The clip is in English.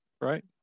right